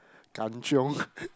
kanchiong